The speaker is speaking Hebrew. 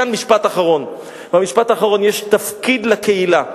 משפט אחרון: יש תפקיד לקהילה.